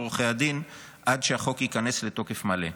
עורכי הדין עד שהחוק ייכנס לתוקף מלא.